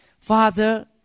Father